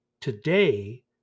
Today